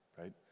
Right